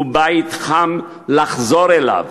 ובית חם לחזור אליו.